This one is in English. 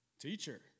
Teacher